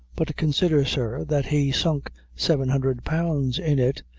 but consider, sir, that he sunk seven hundred pounds in it,